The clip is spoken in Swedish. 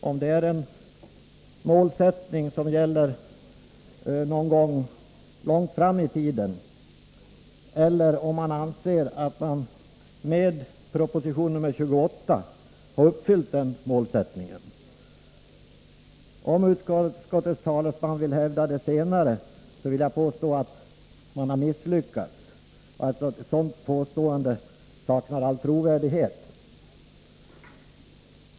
Är det ett mål som skall uppnås någon gång långt fram i tiden, eller anser man att man med proposition 28 har uppfyllt detta syfte? Om utskottets talesman vill hävda det senare, vill jag påstå att man har misslyckats. Ett sådant påstående saknar nämligen all trovärdighet.